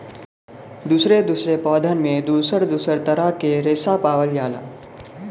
दुसरे दुसरे पौधन में दुसर दुसर तरह के रेसा पावल जाला